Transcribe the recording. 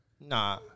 Nah